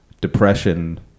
depression